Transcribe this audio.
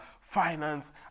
Finance